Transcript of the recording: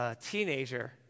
teenager